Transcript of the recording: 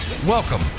welcome